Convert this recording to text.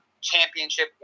championship